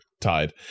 tied